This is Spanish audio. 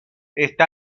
está